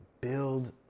build